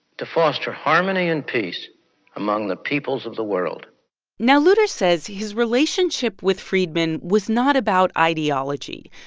to foster harmony and peace among the peoples of the world now, luders says his relationship with friedman was not about ideology.